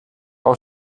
auch